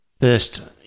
First